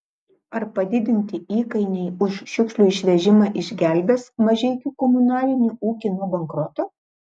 ar padidinti įkainiai už šiukšlių išvežimą išgelbės mažeikių komunalinį ūkį nuo bankroto